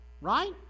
Right